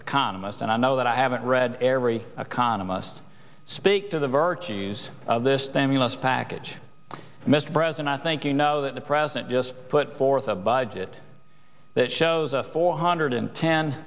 economist and i know that i haven't read every economist speak to the virtues of this daniels package mr president i think you know that the president just put forth a budget that shows a four hundred